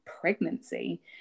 pregnancy